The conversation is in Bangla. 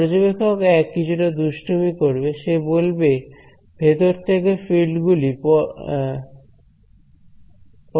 পর্যবেক্ষক 1 কিছুটা দুষ্টুমি করবে সে বলবে ভেতর থেকে ফিল্ড গুলি 0